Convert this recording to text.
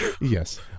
Yes